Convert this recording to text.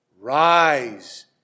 Rise